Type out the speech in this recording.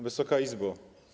Wysoka Izbo!